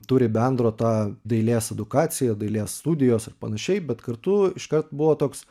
turi bendro ta dailės edukacija dailės studijos ir panašiai bet kartu iškart buvo toks